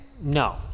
No